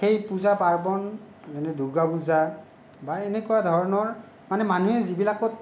এই পূজা পাৰ্বণ মানে দুৰ্গা পূজা বা এনেকুৱা ধৰণৰ মানে মানুহে যিবিলাকত